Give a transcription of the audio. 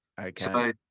Okay